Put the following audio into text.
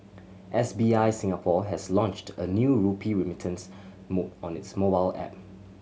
S B I Singapore has launched a new rupee remittance mode on its mobile app